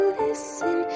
listen